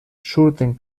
surten